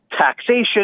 taxation